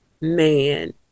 Man